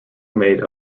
made